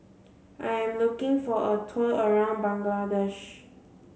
I am looking for a tour around Bangladesh